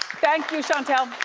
thank you, shantelle.